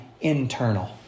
internal